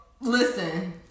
listen